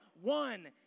one